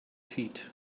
feet